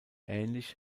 ähnlich